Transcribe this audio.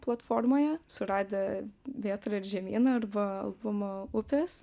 platformoje suradę vėtra ir žemyna arba albumą upės